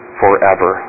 forever